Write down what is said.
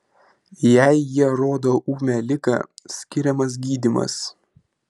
jei jie rodo ūmią ligą skiriamas gydymas